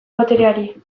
botereari